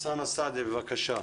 אוסאמה סעדי, בבקשה.